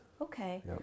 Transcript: Okay